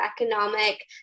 economic